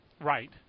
Right